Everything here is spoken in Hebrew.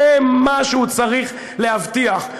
זה מה שהוא צריך להבטיח,